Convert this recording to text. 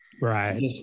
Right